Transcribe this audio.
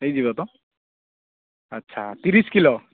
ହୋଇଯିବ ତ ଆଛା ତିରିଶ କିଲୋ